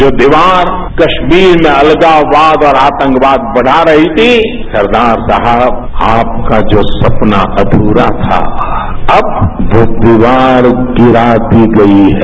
जो दीवार कश्मीर में अलगाववाद और आतंकवाद बढ़ा रही थी सरदार साहब आपका जो सपना अध्रा था अब वो दीवार गिरा दी गई है